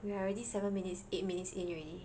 we are already seven minutes eight minutes in already